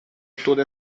toda